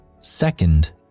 Second